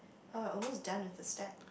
uh almost done with the stack